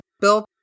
built